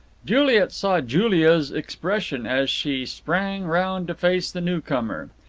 juliet saw julia's expression as she sprang round to face the newcomer.